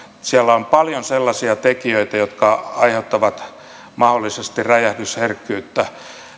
siellä on paljon sellaisia tekijöitä jotka aiheuttavat mahdollisesti räjähdysherkkyyttä